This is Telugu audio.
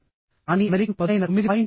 కానీ అమెరికన్ పదునైన 9